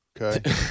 Okay